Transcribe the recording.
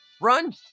Run